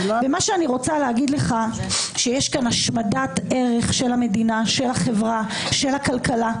יש פה השמדת ערך של המדינה, של החברה, של הכלכלה.